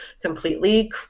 completely